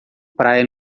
praia